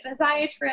physiatrist